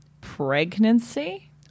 pregnancy